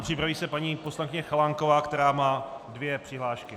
Připraví se paní poslankyně Chalánková, která má dvě přihlášky.